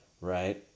right